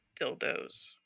Dildos